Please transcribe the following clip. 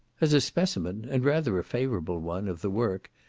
as a specimen, and rather a favourable one, of the work,